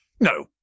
No